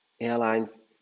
airlines